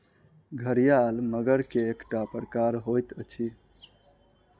घड़ियाल मगर के एकटा प्रकार होइत अछि